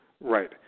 right